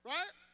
Right